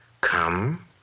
Come